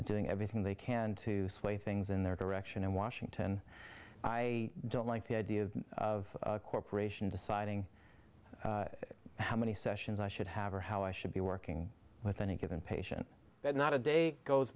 doing everything they can to sway things in their direction in washington i don't like the idea of a corporation deciding how many sessions i should have or how i should be working with any given patient but not a day goes